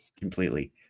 completely